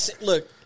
look